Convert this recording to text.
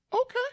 okay